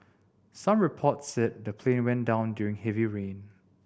some reports said the plane went down during heavy rain